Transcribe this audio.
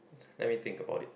let me think about it